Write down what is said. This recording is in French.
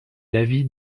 l’avis